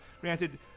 granted